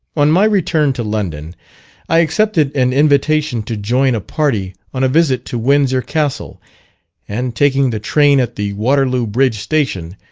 on my return to london i accepted an invitation to join a party on a visit to windsor castle and taking the train at the waterloo bridge station,